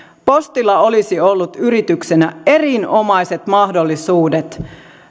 postilla olisi ollut yrityksenä erinomaiset mahdollisuudet